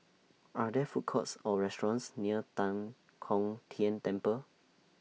Are There Food Courts Or restaurants near Tan Kong Tian Temple